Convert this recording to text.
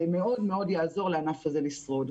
זה מאוד מאוד יעזור לענף הזה לשרוד.